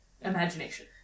imagination